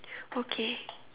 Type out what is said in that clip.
okay